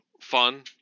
fun